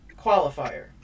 qualifier